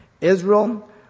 Israel